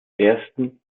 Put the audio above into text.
ersten